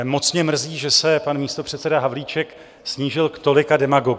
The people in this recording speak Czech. Moc mě mrzí, že se pan místopředseda Havlíček snížil k tolika demagogiím.